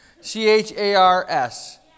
C-H-A-R-S